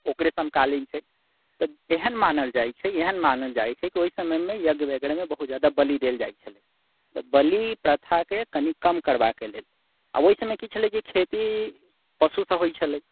ओकरे समकालीन छै तऽ एहन मानल जाइत छै एहन मानल जाइत छै कि ओहि समयमे यज्ञ वगैरहमे बहुत जादा बलि देल जाइत छलै तऽ बलि प्रथाके कनि कम करबाके लेल आ ओहि समय की छलै कि जे खेती पशुसँ होइत छलै